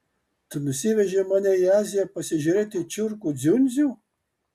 tu nusivežei mane į aziją pasižiūrėti čiurkų dziundzių